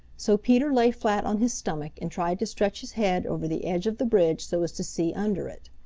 so peter lay flat on his stomach and tried to stretch his head over the edge of the bridge so as to see under it.